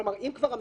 אם כבר,